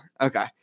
okay